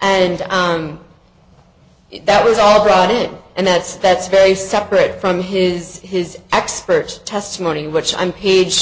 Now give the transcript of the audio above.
and that was all brought in and that's that's case separate from his his expert testimony which i'm page